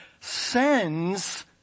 sends